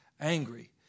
angry